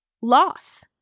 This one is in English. loss